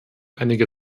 einige